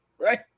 right